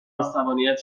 عصبانیت